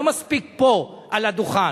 לא מספיק פה, על הדוכן.